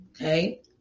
okay